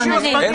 אין רישיון זמני.